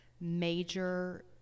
major